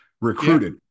recruited